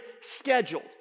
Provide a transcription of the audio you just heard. scheduled